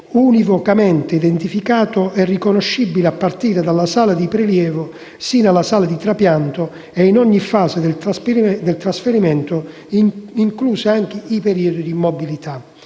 univocamente identificato e riconoscibile a partire dalla sala di prelievo e sino alla sala di trapianto, in ogni fase del trasferimento, inclusi i periodi di immobilità),